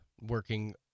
working